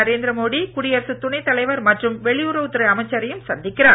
நரேந்திர மோடி குடியரசுத் துணைத் தலைவர் மற்றும் வெளியுறவுத் துறை அமைச்சரையும் சந்திக்கிறார்